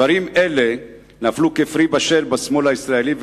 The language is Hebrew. דברים אלה נפלו כפרי בשל לידי השמאל הישראלי,